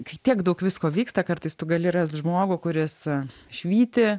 kai tiek daug visko vyksta kartais tu gali rast žmogų kuris švyti